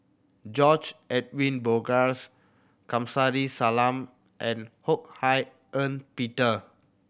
George Edwin Bogaars Kamsari Salam and Ho Hak Ean Peter